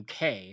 UK